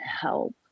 help